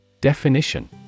Definition